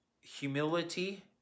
Humility